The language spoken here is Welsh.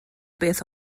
beth